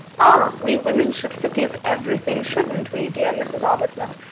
ah! we women should forgive everything, shouldn't we, dear mrs. arbuthnot?